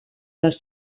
les